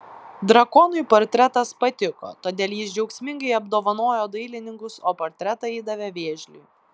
drakonui portretas patiko todėl jis džiaugsmingai apdovanojo dailininkus o portretą įdavė vėžliui